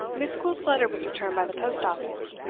miss gwilt's letter was returned by the post-office.